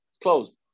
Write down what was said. closed